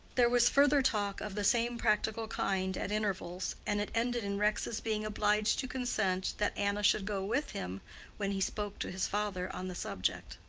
there was further talk of the same practical kind at intervals, and it ended in rex's being obliged to consent that anna should go with him when he spoke to his father on the subject.